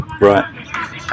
Right